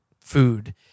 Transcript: food